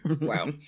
Wow